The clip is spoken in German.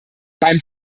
beim